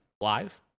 live